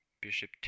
bishop